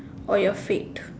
or your fate